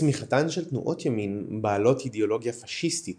צמיחתן של תנועות ימין בעלות אידאולוגיה פאשיסטית